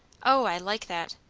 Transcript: o, i like that.